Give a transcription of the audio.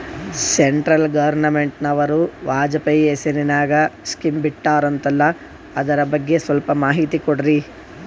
Central ಗವರ್ನಮೆಂಟನವರು ವಾಜಪೇಯಿ ಹೇಸಿರಿನಾಗ್ಯಾ scheme ಬಿಟ್ಟಾರಂತಲ್ಲ ಅದರ ಬಗ್ಗೆ ಸ್ವಲ್ಪ ಮಾಹಿತಿ ಕೊಡ್ರಿ?